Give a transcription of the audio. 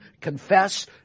confess